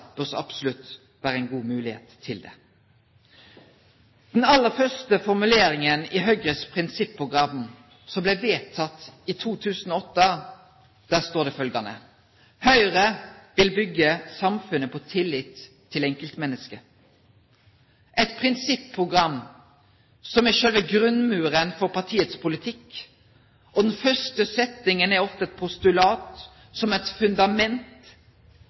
så absolutt være en god mulighet til å gjøre det. Den aller første formuleringen i Høyres prinsipprogram, som ble vedtatt i 2008, lyder: «Høyre vil bygge samfunnet på tillit til enkeltmennesket.» Et prinsipprogram er selve grunnmuren for partiets politikk, og den første setningen er et postulat som